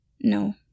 No